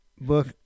Book